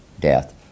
death